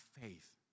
faith